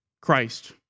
Christ